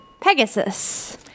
Pegasus